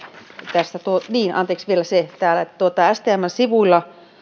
tästä anteeksi vielä se että täällä stmn sivuilla